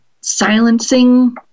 silencing